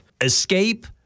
escape